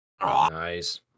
Nice